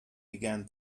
began